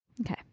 Okay